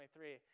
23